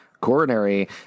coronary